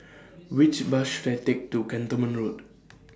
Which Bus should I Take to Cantonment Road